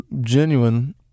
genuine